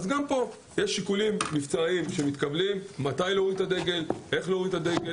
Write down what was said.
גם פה יש שיקולים מבצעיים שמתקבלים מתי להוריד ואיך להוריד את הדגל.